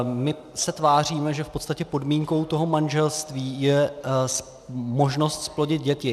My se tváříme, že v podstatě podmínkou toho manželství je možnost zplodit děti.